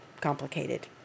complicated